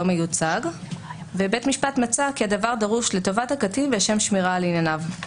מיוצג ובית המשפט מצא כי הדבר דרוש לטובת הקטין ולשם שמירה על ענייניו.